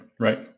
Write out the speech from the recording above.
Right